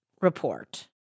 report